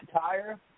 tire